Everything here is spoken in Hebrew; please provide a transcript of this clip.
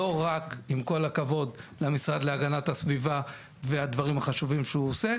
לא רק עם כל הכבוד למשרד להגנת הסביבה והדברים החשובים שהוא עושה,